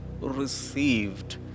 received